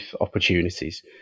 opportunities